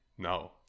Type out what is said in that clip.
No